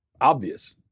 obvious